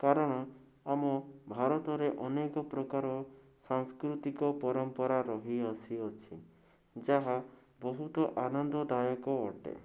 କାରଣ ଆମ ଭାରତରେ ଅନେକ ପ୍ରକାର ସାଂସ୍କୃତିକ ପରମ୍ପରା ରହି ଆସିଅଛି ଯାହା ବହୁତ ଆନନ୍ଦଦାୟକ ଅଟେ